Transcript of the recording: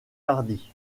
hardy